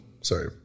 Sorry